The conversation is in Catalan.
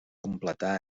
completar